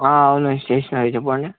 ఆ అవును స్టేషనరీ చెప్పండి